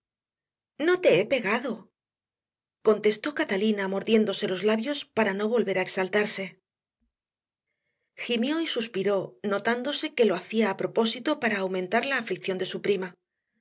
no te he pegado contestó catalina mordiéndose los labios para no volver a exaltarse gimió y suspiró notándose que lo hacía a propósito para aumentar la aflicción de su prima